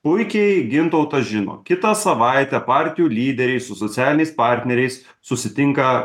puikiai gintautas žino kitą savaitę partijų lyderiai su socialiniais partneriais susitinka